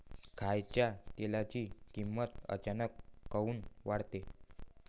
खाच्या तेलाची किमत अचानक काऊन वाढते?